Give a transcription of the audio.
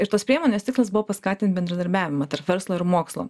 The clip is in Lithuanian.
ir tos priemonės tikslas buvo paskatint bendradarbiavimą tarp verslo ir mokslo